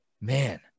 man